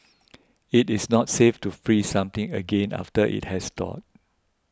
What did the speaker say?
it is not safe to freeze something again after it has thawed